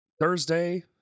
Thursday